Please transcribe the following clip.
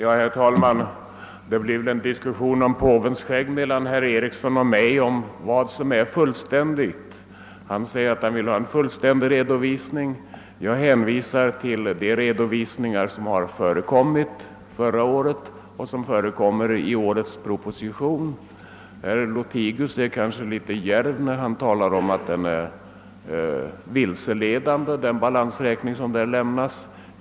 Herr talman! Det blir väl en diskussion om påvens skägg mellan herr Eriksson i Arvika och mig, om vi skall diskutera vad som är att betrakta som en fullständig redovisning. Jag hänvisar till förra årets redovisningar liksom till den som återfinns i årets proposition. Herr Lothigius var kanske litet djärv när han sade att den lämnade balansräkningen är vilseledande.